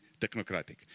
technocratic